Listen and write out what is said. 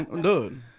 Dude